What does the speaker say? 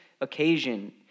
occasion